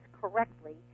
correctly